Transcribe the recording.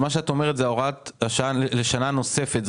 מה שאת אומרת לגבי הוראת שעה לשנה נוספת,